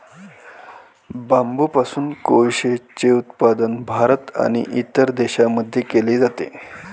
बांबूपासून कोळसेचे उत्पादन भारत आणि इतर देशांमध्ये केले जाते